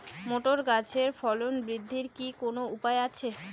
Motor গাছের ফলন বৃদ্ধির কি কোনো উপায় আছে?